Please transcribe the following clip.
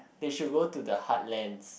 they should go to the heartlands